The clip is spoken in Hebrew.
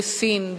סין,